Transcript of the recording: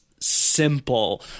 simple